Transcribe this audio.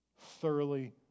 Thoroughly